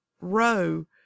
row